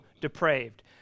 depraved